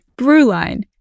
Brewline